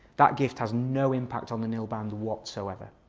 that gift has no impact on the nil band whatsoever.